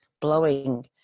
blowing